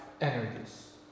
energies